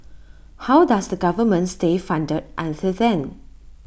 how does the government stay funded until then